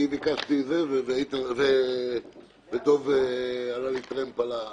אני ביקשתי ודב לקח טרמפ.